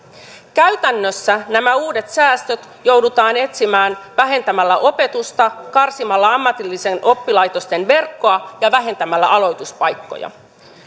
käytännössä nämä uudet säästöt joudutaan etsimään vähentämällä opetusta karsimalla ammatillisten oppilaitosten verkkoa ja vähentämällä aloituspaikkoja